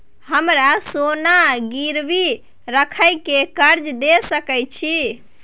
हमरा सोना गिरवी रखय के कर्ज दै सकै छिए?